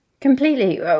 Completely